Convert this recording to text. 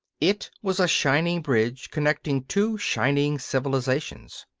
it was a shining bridge connecting two shining civilizations.